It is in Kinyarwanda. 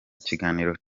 kiganiro